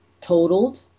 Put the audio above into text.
totaled